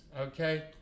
okay